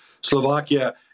Slovakia